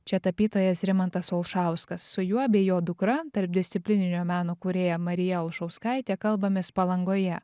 čia tapytojas rimantas olšauskas su juo bei jo dukra tarpdisciplininio meno kūrėja marija olšauskaite kalbamės palangoje